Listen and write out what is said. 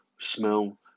smell